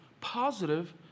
positive